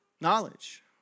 Knowledge